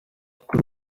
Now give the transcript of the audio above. gukora